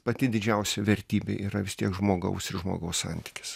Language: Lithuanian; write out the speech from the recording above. pati didžiausia vertybė yra vis tiek žmogaus ir žmogaus santykis